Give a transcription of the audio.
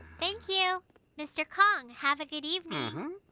thank you mr. kong! have a good evening!